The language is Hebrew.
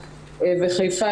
וחיפה,